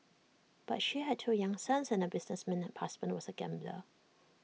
but she had two young sons and her businessman husband was A gambler